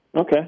Okay